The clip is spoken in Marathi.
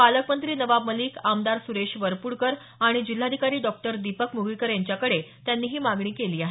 पालकमंत्री नवाब मलीक आमदार सुरेश वरपुडकर आणि जिल्हाधिकारी डॉक्टर दीपक मुगळीकर यांच्याकडे त्यांनी हा मागणी केली आहे